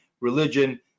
religion